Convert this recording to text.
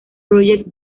project